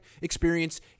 experience